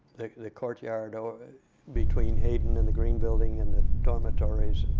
the courtyard between hayden and the green building and the dormitories